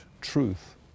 truth